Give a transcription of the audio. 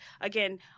again